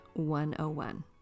101